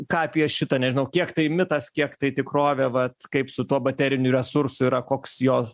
ką apie šitą nežinau kiek tai mitas kiek tai tikrovęė vat kaip su tuo baterinių resursu yra koks jos